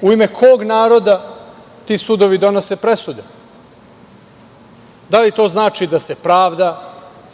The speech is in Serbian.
U ime kog naroda ti sudovi donose presude? Da li to znači da se pravda,